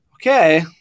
okay